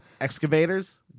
Excavators